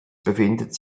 befindet